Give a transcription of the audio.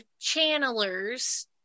channelers